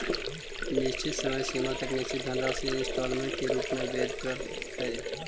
निश्चित समय सीमा तक निश्चित धनराशि इंस्टॉलमेंट के रूप में वेदे परऽ हई